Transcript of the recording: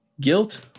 Guilt